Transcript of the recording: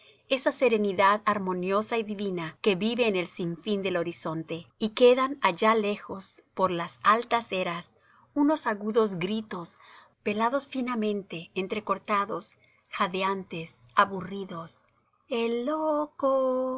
esa serenidad armoniosa y divina que vive en el sinfín del horizonte y quedan allá lejos por las altas eras unos agudos gritos velados finamente entrecortados jadeantes aburridos el lo